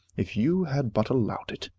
if you had but allowed it.